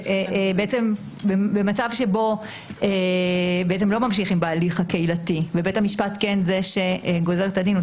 במצב שבו לא ממשיכים בהליך הקהילתי ובית המשפט כן זה שגוזר את הדין.